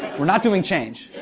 we're not doing change.